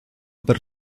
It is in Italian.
per